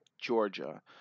Georgia